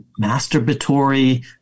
masturbatory